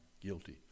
guilty